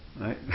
right